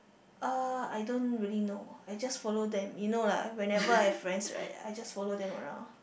uh I don't really know I just follow them you know lah whenever I have friends right I just follow them around